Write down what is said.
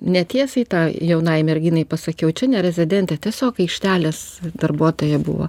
netiesiai tai jaunai merginai pasakiau čia ne rezidentė tiesiog aikštelės darbuotoja buvo